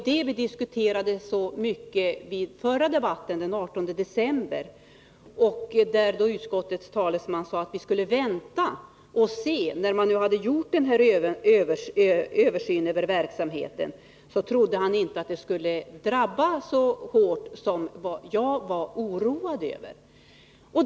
Det diskuterade vi mycket i den förra debatten den 18 december, och då sade utskottets talesman att vi skulle vänta och se tills denna översyn över verksamheten var gjord. Han trodde att man då skulle komma fram till resultat som inte skulle drabba så hårt som jag oroade mig för.